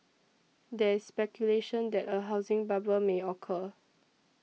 there is speculation that a housing bubble may occur